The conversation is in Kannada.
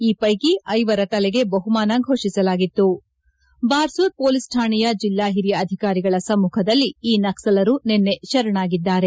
ಈ ವೈಕಿ ಐವರ ತಲೆಗೆ ಬಹುಮಾನ ಘೋಷಿಸಲಾಗಿತ್ತು ಬಾರ್ಲೂರ್ ಮೊಲೀಸ್ ಕಾಣೆಯ ಜೆಲ್ಲಾ ಹಿರಿಯ ಅಧಿಕಾರಿಗಳ ಸಮ್ಮಖದಲ್ಲಿ ಈ ನಕ್ಸಲರು ನಿನ್ನೆ ಶರಣಾಗಿದ್ದಾರೆ